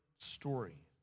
Story